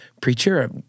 preacher